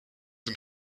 den